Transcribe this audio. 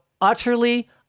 utterly